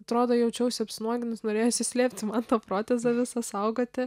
atrodo jaučiausi apsinuoginus norėjosi slėpti man tą procesą visą saugoti